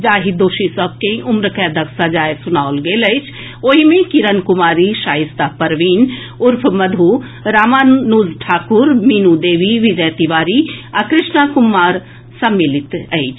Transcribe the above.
जाहि दोषी सभ के उम्रकैदक सजाए सुनाओल गेल अछि ओहि मे किरण कुमारी शाइस्ता परवीन उर्फ मधु रामानुज ठाकुर मीनू देवी विजय तिवारी आ कृष्णा कुमार सम्मिलित अछि